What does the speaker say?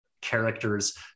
character's